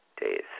days